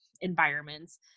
environments